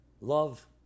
love